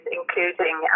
including